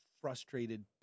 frustrated